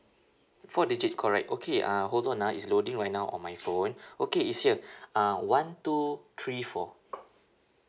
four digits correct okay uh hold on ah it's loading right now on my phone okay it's here uh one two three four